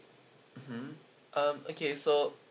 mmhmm um okay so